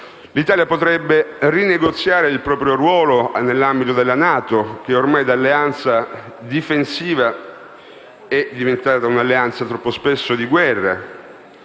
L'Italia potrebbe rinegoziare il proprio ruolo nell'ambito della NATO, che ormai, da alleanza difensiva, è diventata un'alleanza troppo spesso di guerra;